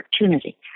opportunity